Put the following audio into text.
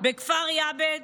בכפר יעבד,